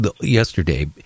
yesterday